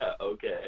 okay